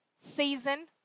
season